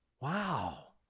Wow